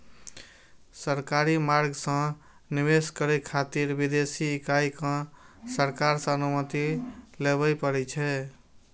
सरकारी मार्ग सं निवेश करै खातिर विदेशी इकाई कें सरकार सं अनुमति लेबय पड़ै छै